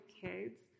kids